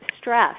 stress